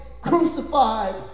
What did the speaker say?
crucified